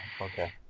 okay